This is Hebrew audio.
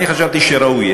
אני חשבתי שראוי,